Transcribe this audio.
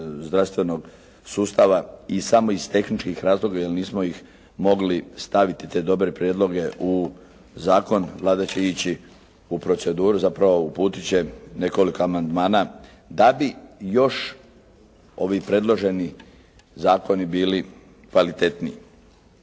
zdravstvenog sustava i samo iz tehničkih razloga jer nismo ih mogli staviti te dobre prijedloge u zakon. Vlada će ići u proceduru. Zapravo uputit će nekoliko amandmana da bi još ovi predloženi zakoni bili kvalitetniji.